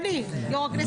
הזמני, יושב-ראש הכנסת.